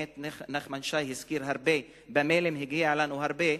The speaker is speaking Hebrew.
נחמן שי הזכיר הרבה, במיילים הגיע אלינו הרבה.